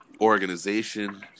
organization